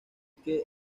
que